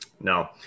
No